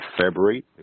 February